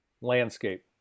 landscape